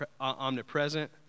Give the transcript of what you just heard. omnipresent